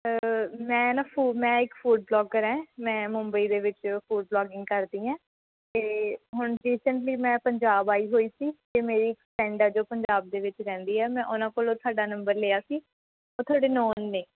ਮੈਂ ਨਾ ਫੂ ਮੈਂ ਇੱਕ ਫੂਡ ਬਲੋਗਰ ਹੈ ਮੈਂ ਮੁੰਬਈ ਦੇ ਵਿੱਚ ਫੂਡ ਬਲੋਗਿੰਗ ਕਰਦੀ ਹਾਂ ਅਤੇ ਹੁਣ ਰੀਸੈਂਟਲੀ ਮੈਂ ਪੰਜਾਬ ਆਈ ਹੋਈ ਸੀ ਅਤੇ ਇੱਕ ਮੇਰੀ ਫਰੈਂਡ ਹੈ ਜੋ ਪੰਜਾਬ ਦੇ ਵਿੱਚ ਰਹਿੰਦੀ ਹੈ ਮੈਂ ਉਹਨਾਂ ਕੋਲੋਂ ਤੁਹਾਡਾ ਨੰਬਰ ਲਿਆ ਸੀ ਉਹ ਤੁਹਾਡੇ ਨੋਨ ਨੇ